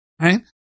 right